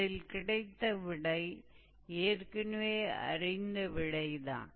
அதில் கிடைத்த விடை ஏற்கனவே அறிந்த விடைதான்